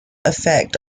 effect